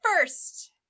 first